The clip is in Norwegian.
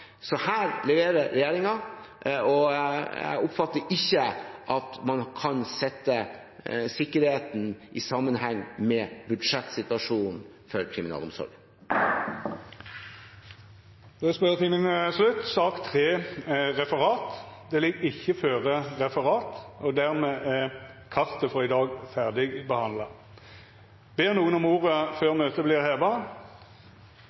Så her leverer regjeringen, og jeg oppfatter ikke at man kan sette sikkerheten i sammenheng med budsjettsituasjonen for kriminalomsorgen. Dermed er sak nr. 2 ferdig. Det ligg ikkje føre noko referat. Dermed er kartet for i dag ferdigbehandla. Ber nokon om ordet